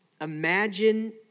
imagine